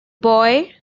boy